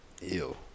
Ew